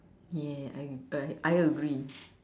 ya I I I agree